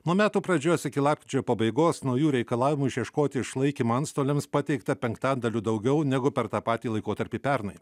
nuo metų pradžios iki lapkričio pabaigos naujų reikalavimų išieškoti išlaikymą antstoliams pateikta penktadaliu daugiau negu per tą patį laikotarpį pernai